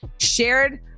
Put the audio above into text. shared